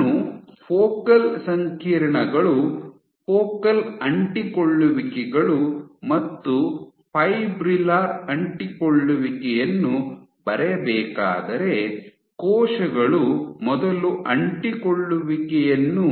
ನಾನು ಫೋಕಲ್ ಸಂಕೀರ್ಣಗಳು ಫೋಕಲ್ ಅಂಟಿಕೊಳ್ಳುವಿಕೆಗಳು ಮತ್ತು ಫೈಬ್ರಿಲ್ಲರ್ ಅಂಟಿಕೊಳ್ಳುವಿಕೆಯನ್ನು ಬರೆಯಬೇಕಾದರೆ ಕೋಶಗಳು ಮೊದಲು ಅಂಟಿಕೊಳ್ಳುವಿಕೆಯನ್ನು